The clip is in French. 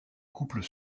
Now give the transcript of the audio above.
couples